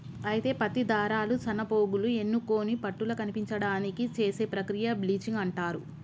అయితే పత్తి దారాలు సన్నపోగులు ఎన్నుకొని పట్టుల కనిపించడానికి చేసే ప్రక్రియ బ్లీచింగ్ అంటారు